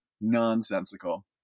nonsensical